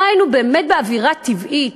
חי באמת באווירה טבעית,